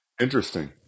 Interesting